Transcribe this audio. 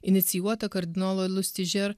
inicijuotą kardinolui lusi žer